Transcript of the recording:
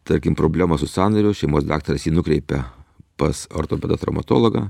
tarkim problemą su sąnariu šeimos daktaras jį nukreipia pas ortopedą traumatologą